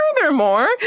furthermore